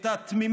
חבר